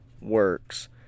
works